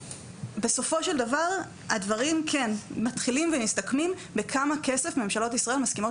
בסופו של דבר הדברים מתחילים ומסתכמים בכמה כסף ממשלות ישראל מסכימות